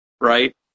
right